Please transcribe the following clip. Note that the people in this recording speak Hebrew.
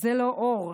זה לא אור.